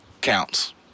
counts